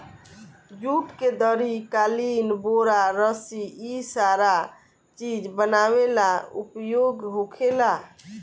जुट के दरी, कालीन, बोरा, रसी इ सारा चीज बनावे ला उपयोग होखेला